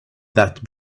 that